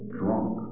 drunk